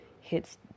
hits